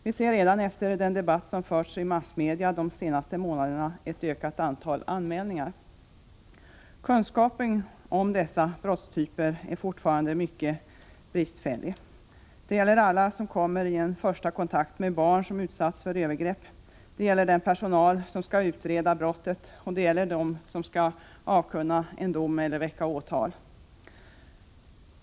Vi ser redan, efter den debatt som förts i massmedia de senaste månaderna, ett ökat antal anmälningar. Kunskapen om dessa brottstyper är fortfarande mycket bristfällig. Det gäller alla som kommer i en första kontakt med barn som utsatts för övergrepp, det gäller den personal som skall utreda brottet och det gäller dem som skall avkunna dom eller väcka åtal.